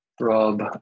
Rob